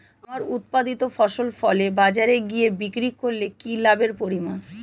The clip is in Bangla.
আমার উৎপাদিত ফসল ফলে বাজারে গিয়ে বিক্রি করলে কি লাভের পরিমাণ?